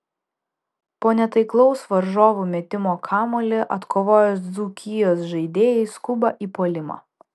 po netaiklaus varžovų metimo kamuolį atkovoję dzūkijos žaidėjai skuba į puolimą